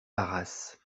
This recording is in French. arras